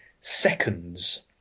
Seconds